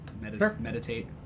Meditate